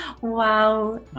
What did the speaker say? Wow